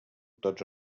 tots